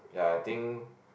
ya I think